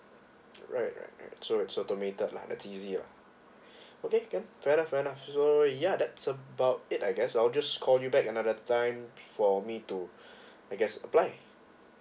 right right right so automated lah that's easy lah okay can fair enough fair enough so ya that's about it I guess I'll just call you back another time for me to I guess apply